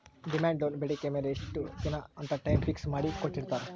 demand loan ಬೇಡಿಕೆ ಮೇಲೆ ಇಷ್ಟ ದಿನ ಅಂತ ಟೈಮ್ ಫಿಕ್ಸ್ ಮಾಡಿ ಕೋಟ್ಟಿರ್ತಾರಾ